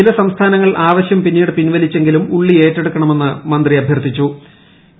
ചില സംസ്ഥാനങ്ങൾ ആവശ്യം പിന്നീട് പ്പിൻവലിച്ചെങ്കിലും ഉള്ളി ഏറ്റെടുക്കണമെന്ന് മന്ത്രി അഭ്യർത്ഥിച്ചു്